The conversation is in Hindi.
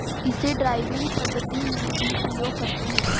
इसे ड्राइविंग पद्धति में भी प्रयोग करते हैं